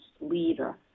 leader